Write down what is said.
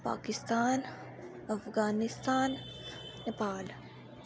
Pakistan Afghanistan Nepal